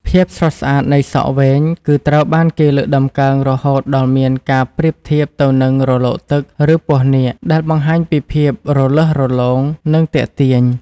ភាពស្រស់ស្អាតនៃសក់វែង គឺត្រូវបានគេលើកតម្កើងរហូតដល់មានការប្រៀបធៀបទៅនឹង រលកទឹក ឬពស់នាគ ដែលបង្ហាញពីភាពរលាស់រលោង និងទាក់ទាញ។